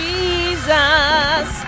Jesus